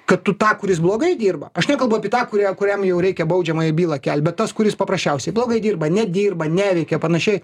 kad tu tą kuris blogai dirba aš nekalbu apie tą kurią kuriam jau reikia baudžiamąją bylą kelt bet tas kuris paprasčiausiai blogai dirba nedirba neveikia panašiai